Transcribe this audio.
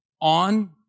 on